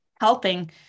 helping